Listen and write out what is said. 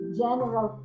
general